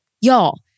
Y'all